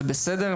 זה בסדר,